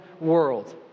world